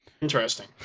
Interesting